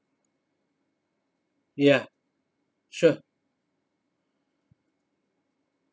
ya sure